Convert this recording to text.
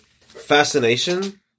fascination